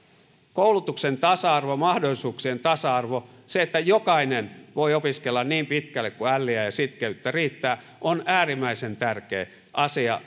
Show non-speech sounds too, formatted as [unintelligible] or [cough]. koulutuksen tasa arvo mahdollisuuksien tasa arvo se että jokainen voi opiskella niin pitkälle kuin älliä ja sitkeyttä riittää on äärimmäisen tärkeä asia [unintelligible]